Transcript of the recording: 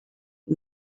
und